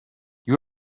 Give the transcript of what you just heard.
you